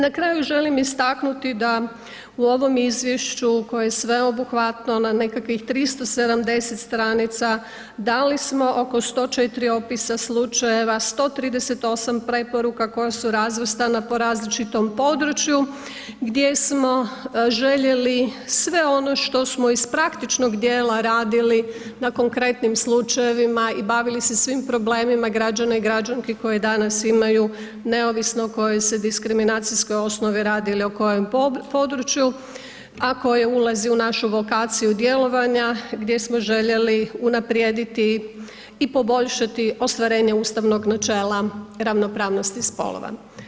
Na kraju želim istaknuti da u ovom izvješću koje je sveobuhvatno na nekakvih 370 stranica, dali smo oko 104 opisa slučajeva, 138 preporuka koje su razvrstana po različitom području, gdje smo željeli sve ono što smo iz praktičnog dijela radili na konkretnim slučajevima i bavili se svim problemima građana i građanki koje danas imaju, neovisno o kojoj se diskriminacijskoj osnovi radi ili o kojem području, a koje ulazi u našu vokaciju djelovanja gdje smo željeli unaprijediti i poboljšati ostvarenje ustavnog načela ravnopravnosti spolova.